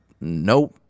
nope